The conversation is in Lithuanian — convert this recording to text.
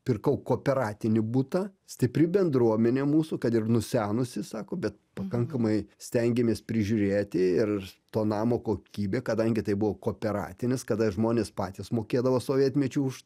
pirkau kooperatinį butą stipri bendruomenė mūsų kad ir nusenusi sako bet pakankamai stengiamės prižiūrėti ir to namo kokybė kadangi tai buvo kooperatinis kada žmonės patys mokėdavo sovietmečiu už